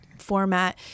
Format